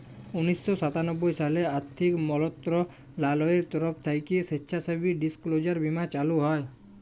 উনিশ শ সাতানব্বই সালে আথ্থিক মলত্রলালয়ের তরফ থ্যাইকে স্বেচ্ছাসেবী ডিসক্লোজার বীমা চালু হয়